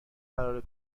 قرار